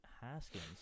Haskins